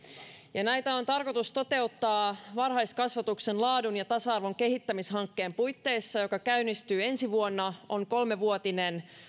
näitä on tarkoitus toteuttaa varhaiskasvatuksen laadun ja tasa arvon kehittämishankkeen puitteissa joka käynnistyy ensi vuonna ja on kolmevuotinen